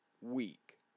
week